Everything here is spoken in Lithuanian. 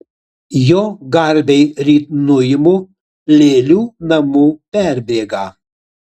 jo garbei ryt nuimu lėlių namų perbėgą